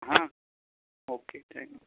ہاں okay thank